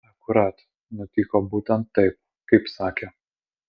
akurat nutiko būtent taip kaip sakė